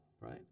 right